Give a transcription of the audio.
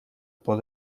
por